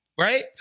Right